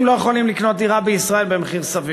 לא יכולים לקנות דירה בישראל במחיר סביר.